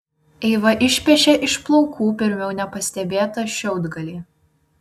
eiva išpešė iš plaukų pirmiau nepastebėtą šiaudgalį